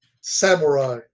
samurai